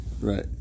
Right